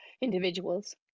individuals